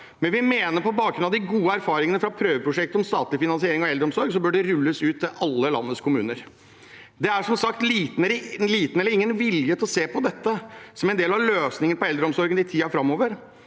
Vi mener på bakgrunn av de gode erfaringene fra prøveprosjektet om statlig finansiering av eldreomsorg at det bør rulles ut til alle landets kommuner. Det er som sagt liten eller ingen vilje til å se på dette som en del av løsningen på eldreomsorgen i tiden framover.